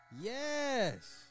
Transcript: yes